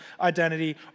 identity